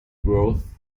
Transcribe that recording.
growth